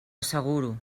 asseguro